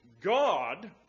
God